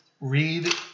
read